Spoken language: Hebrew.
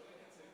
לא לקצר.